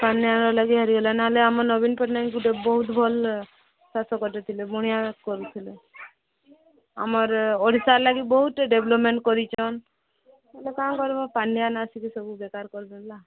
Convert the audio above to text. ପାଣ୍ଡିଆନର୍ ଲାଗି ହାରିଗଲେ ନହେଲେ ଆମର ନବୀନ ପଟନାୟକ ଗୋଟେ ବହୁତ ଭଲ ଶାସକଟେ ଥିଲେ ବଢିଆ କରୁଥିଲେ ଆମର ଓଡ଼ିଶାର ଲାଗି ବହୁତ ଡେଭଲପମେଣ୍ଟ କରିଛନ୍ତି ହେଲେ କ'ଣ କରିବୁ ପାଣ୍ଡିଆନ୍ ଆସିକି ବେକାର୍ କରିଦେଲା